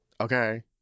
Okay